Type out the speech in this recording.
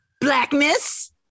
Blackness